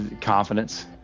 Confidence